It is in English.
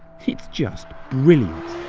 it's just brilliant.